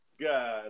God